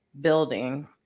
building